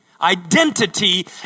Identity